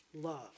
love